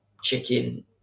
chicken